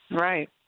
Right